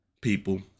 people